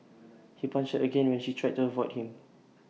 he punched again when she tried to avoid him